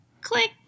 Click